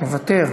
מוותר.